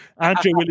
Andrew